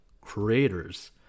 creators